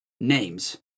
names